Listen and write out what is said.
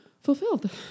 fulfilled